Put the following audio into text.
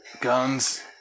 Guns